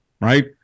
right